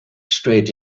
straight